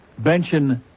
Benching